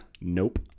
nope